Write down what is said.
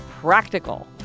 practical